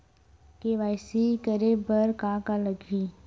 KYC करे बर का का लगही?